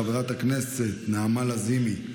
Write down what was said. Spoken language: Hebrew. חברת הכנסת נעמה לזימי,